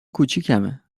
کوچیکمه